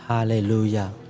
Hallelujah